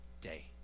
day